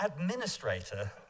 administrator